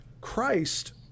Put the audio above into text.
Christ